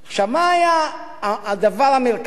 עכשיו, מה היה הדבר המרכזי?